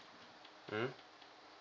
mm